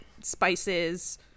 spices